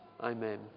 amen